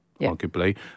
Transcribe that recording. arguably